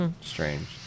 strange